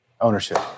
ownership